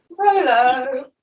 hello